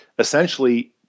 Essentially